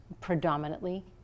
predominantly